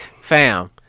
fam